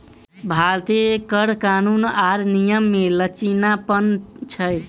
भारतीय कर कानून आर नियम मे लचीलापन छै